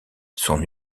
son